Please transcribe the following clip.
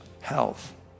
health